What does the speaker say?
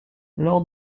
lors